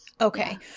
Okay